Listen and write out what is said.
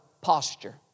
posture